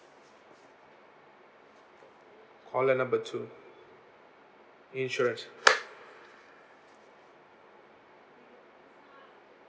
call number two insurance